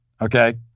okay